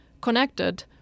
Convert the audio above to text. connected